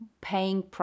paying